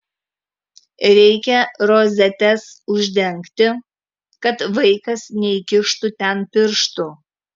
reikia rozetes uždengti kad vaikas neįkištų ten pirštų